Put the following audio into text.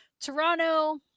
Toronto